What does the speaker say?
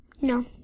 No